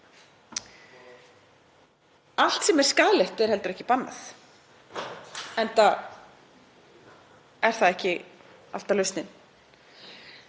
Allt sem er skaðlegt er heldur ekki bannað, enda er það ekki alltaf lausnin.